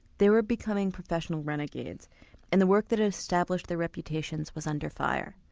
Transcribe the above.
they were becoming professional renegades and the work that had established their reputations was under fire.